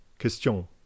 Question